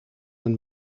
een